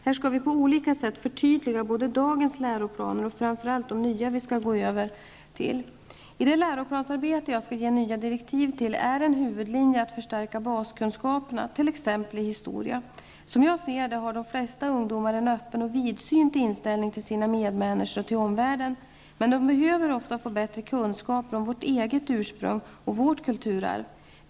Här skall vi på olika sätt förtydliga både dagens läroplaner och framför allt de nya vi skall gå över till. I det läroplansarbete jag skall ge nya direktiv till är en huvudlinje att förstärka baskunskaperna, t.ex. i historia. Som jag ser det har de flesta ungdomar en öppen och vidsynt inställning till sina medmänniskor och till omvärlden. Men de behöver ofta få bättre kunskaper om vårt eget ursprung och vårt kulturarv.